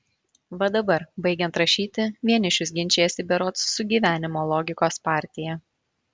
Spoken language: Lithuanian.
va dabar baigiant rašyti vienišius ginčijasi berods su gyvenimo logikos partija